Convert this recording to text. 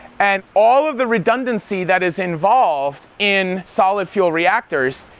and all of the redundancy that is involved in solid fuel reactors